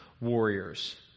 warriors